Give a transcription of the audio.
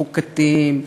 חוקתיים,